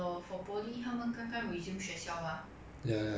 I don't know why they transited to a physical lesson